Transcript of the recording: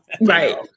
Right